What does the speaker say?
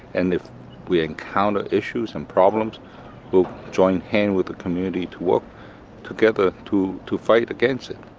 and if we encounter issues and problems we'll join hands with the community to work together to to fight against it.